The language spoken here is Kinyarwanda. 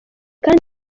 kandi